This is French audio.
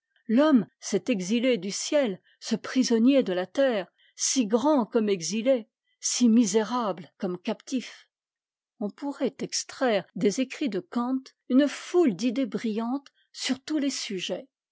l'homme cet exilé du ciel ce prisonnier de la terre si grand comme exilé si misérable comme captif on pourrait extraire des écrits de kant une foule d'idées britiantes sur tous les sujets